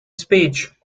speech